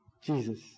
Jesus